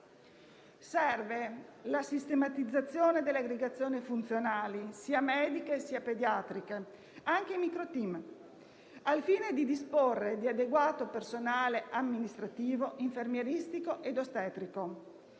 Serve la sistematizzazione delle aggregazioni funzionali, sia mediche che pediatriche, anche in microteam, al fine di disporre di adeguato personale amministrativo, infermieristico e ostetrico.